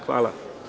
Hvala.